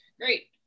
great